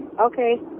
Okay